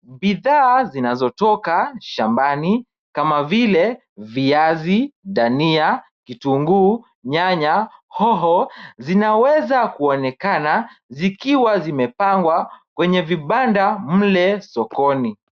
Bidhaa zinazo toka shambani kama vile viazi, dania, kitunguu, nyanya, hoho. Zinaweza kuonekana zikiwa zimepangwa kwenye vibanda mle sokoni.